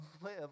live